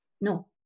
no